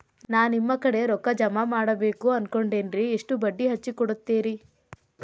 ನಾ ನಿಮ್ಮ ಕಡೆ ರೊಕ್ಕ ಜಮಾ ಮಾಡಬೇಕು ಅನ್ಕೊಂಡೆನ್ರಿ, ಎಷ್ಟು ಬಡ್ಡಿ ಹಚ್ಚಿಕೊಡುತ್ತೇರಿ?